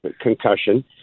concussion